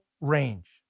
range